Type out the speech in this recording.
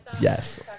Yes